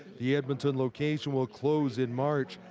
the edmonton location will close in march.